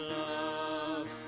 love